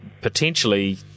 potentially